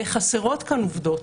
וחסרות כאן עובדות,